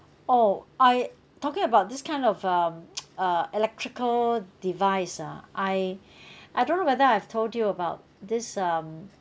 oh I talking about this kind of um uh electrical device ah I I don't know whether I've told you about this um uh